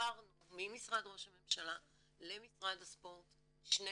העברנו ממשרד ראש הממשלה למשרד הספורט שני